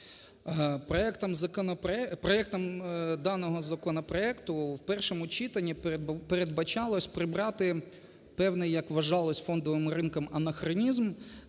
Проектом даного законопроекту в першому читанні передбачалось прибрати певний, як вважалось фондовим ринком, анахронізм,